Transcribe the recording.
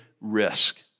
risk